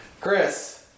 Chris